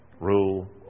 rule